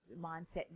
mindset